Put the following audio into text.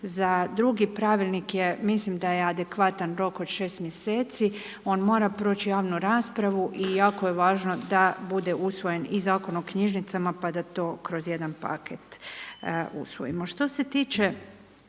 Za drugi pravilnik je, mislim da je adekvatan rok od 6 mjeseci. On mora proći javnu raspravu i jako je važno da bude usvoje i Zakon o knjižnicama pa da to kroz jedan paket usvojimo. Što se tiče